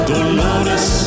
Dolores